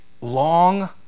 Long